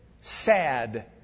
sad